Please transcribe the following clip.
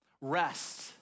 Rest